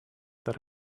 that